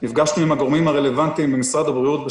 נפגשנו עם הגורמים הרלוונטיים במשרד הבריאות כבר